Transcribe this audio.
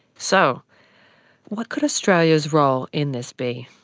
so what could australia's role in this be?